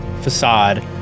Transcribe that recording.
facade